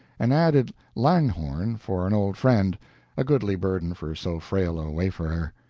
and added langhorne for an old friend a goodly burden for so frail a wayfarer.